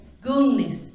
goodness